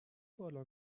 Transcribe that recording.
بالا